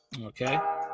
Okay